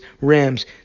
Rams